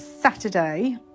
Saturday